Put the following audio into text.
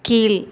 கீழ்